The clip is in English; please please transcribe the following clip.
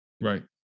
Right